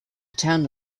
town